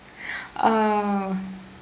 oh